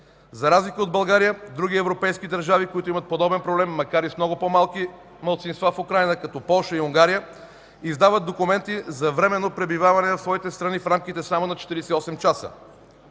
За разлика от България други европейски държави, които имат подобен проблем, макар и с много по-малки малцинства в Украйна, като Полша и Унгария, издават документи за временно пребиваване в своите страни в рамките само на 48 часа.